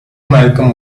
malcolm